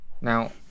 Now